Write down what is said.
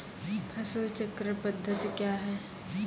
फसल चक्रण पद्धति क्या हैं?